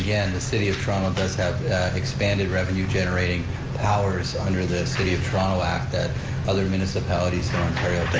again, the city of toronto does have expanded revenue generating powers under the city of toronto act that other municipalities of ontario